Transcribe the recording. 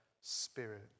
Spirit